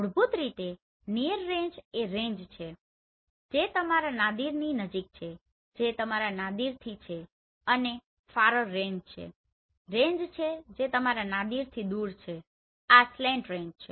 મૂળભૂત રીતે near range એ રેન્જ છે જે તમારા નાદિરની નજીક છે જે તમારા નાદિરથી છે અને ફારર રેન્જ એ રેન્જ છે જે તમારા નાદિરથી દુર છે આ સ્લેંટ રેન્જ છે